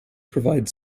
provides